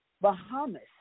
Bahamas